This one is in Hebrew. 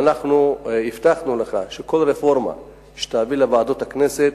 אנחנו הבטחנו לך שכל רפורמה שתביא לוועדות הכנסת,